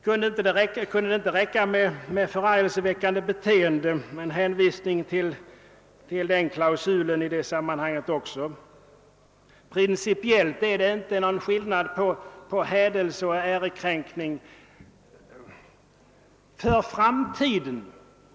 Kunde det inte räcka med en hänvisning »förargelseväckande beteende» även i det sammanhanget? Principiellt föreligger ingen skillnad mellan hädelse och ärekränkning.